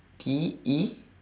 T E